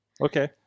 Okay